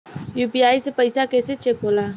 UPI से पैसा कैसे चेक होला?